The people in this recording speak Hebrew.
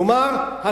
נאמר,